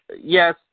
yes